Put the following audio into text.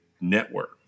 network